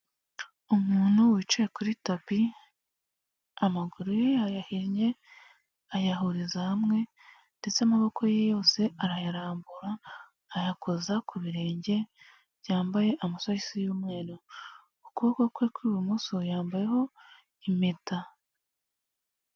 Umuntu wicaye kuri tapi ,amaguru ye yayahinnye ayahuriza hamwe ndetse amaboko ye yose arayarambura ayakoza ku birenge byambaye amasogisi y'umweru ukuboko kwe kw'ibumoso yambayeho impeta.